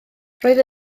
roedd